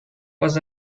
was